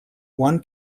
one